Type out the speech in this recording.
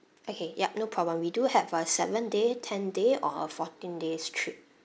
okay yup no problem we do have a seven day ten day or fourteen days trip